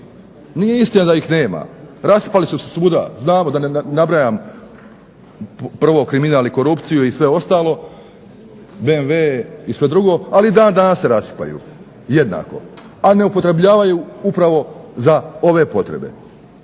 Nije istina da ih nema. Raspali su se svuda, znamo da ne nabrajam prvo kriminal i korupciju i sve ostalo, BMW i sve drugo, ali i dan danas se rasipaju jednako, a ne upotrebljavaju upravo za ove potrebe.